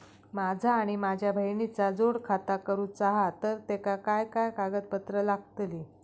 माझा आणि माझ्या बहिणीचा जोड खाता करूचा हा तर तेका काय काय कागदपत्र लागतली?